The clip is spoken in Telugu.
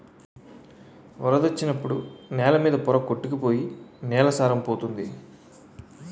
వరదొచ్చినప్పుడు నేల మీద పోర కొట్టుకు పోయి నేల సారం పోతంది